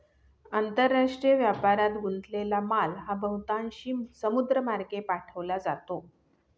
आंतरराष्ट्रीय व्यापारात गुंतलेला माल हा बहुतांशी समुद्रमार्गे पाठवला जातो